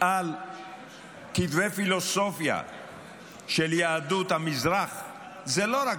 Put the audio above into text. על כתבי פילוסופיה של יהדות המזרח זה לא רק